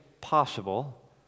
possible